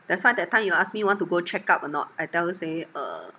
that's why that time you ask me want to go check up or not I tell you say uh